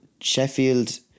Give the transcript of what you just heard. Sheffield